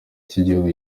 cy’igihugu